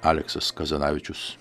aleksas kazanavičius